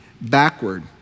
backward